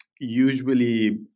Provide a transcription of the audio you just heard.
usually